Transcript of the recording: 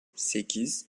sekiz